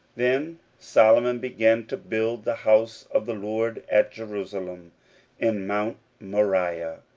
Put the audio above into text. then solomon began to build the house of the lord at jerusalem in mount moriah,